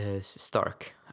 Stark